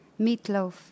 meatloaf